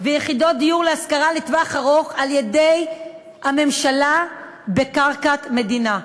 ויחידות דיור להשכרה לטווח ארוך על-ידי הממשלה בקרקע מדינה.